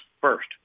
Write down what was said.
first